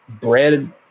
bread